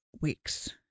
weeks